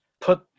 put